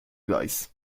gleis